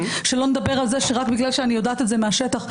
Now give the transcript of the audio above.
שלא נדבר על זה שרק בגלל שאני יודעת את זה מהשטח,